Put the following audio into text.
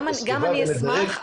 גם אני אשמח.